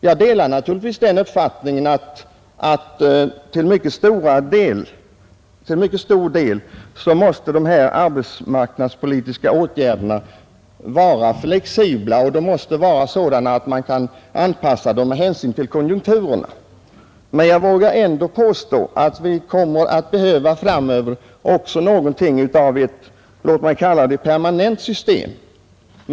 Jag delar naturligtvis den uppfattningen att de arbetsmarknadspolitiska åtgärderna till mycket stor del måste vara flexibla och att de måste vara sådana att man kan anpassa dem med hänsyn till konjunkturerna, men jag vågar ändå påstå att vi framöver också kommer att behöva något som jag vill kalla ett permanent system.